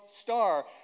Star